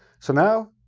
so now,